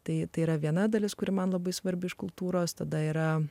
tai yra viena dalis kuri man labai svarbius kultūros tada yra